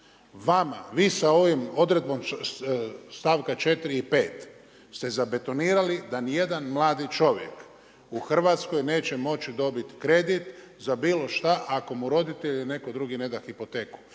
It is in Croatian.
radio. Vi sa ovom odredbom stavka 4. i 5. ste zabetonirali da nijedan mladi čovjek u Hrvatskoj neće moći dobit kredit za bilo šta ako mu roditelji ili neko drugi ne da hipoteku.